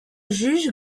juge